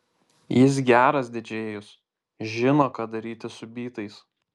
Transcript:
jis geras didžėjus žino ką daryti su bytais